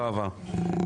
לא עבר.